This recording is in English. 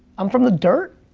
i'm from the dirt.